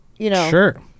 Sure